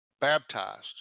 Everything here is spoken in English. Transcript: baptized